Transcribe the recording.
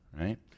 right